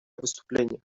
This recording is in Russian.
выступления